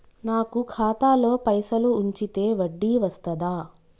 నాకు ఖాతాలో పైసలు ఉంచితే వడ్డీ వస్తదా?